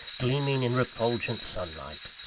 gleaming in refulgent sunlight.